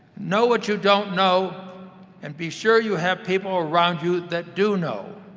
know what you don't know and be sure you have people around you that do know.